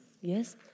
Yes